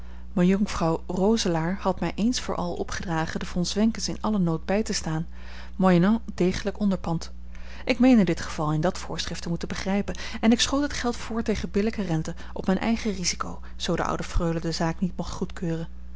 mejonkvrouw roselaer had mij eens voor al opgedragen de von zwenkens in allen nood bij te staan moyennant degelijk onderpand ik meende dit geval in dat voorschrift te moeten begrijpen en ik schoot het geld voor tegen billijke rente op mijn eigen risico zoo de oude freule de zaak niet mocht goedkeuren